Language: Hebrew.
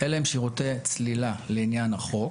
"אלה הם שירותי צלילה לעניין החוק